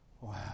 Wow